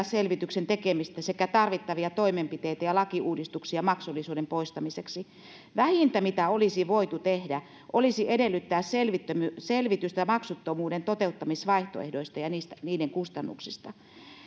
selvityksen tekemistä sekä tarvittavia toimenpiteitä ja lakiuudistuksia maksullisuuden poistamiseksi vähintä mitä olisi voitu tehdä olisi edellyttää selvitystä maksuttomuuden toteuttamisvaihtoehdoista ja niiden kustannuksista